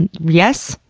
and yes?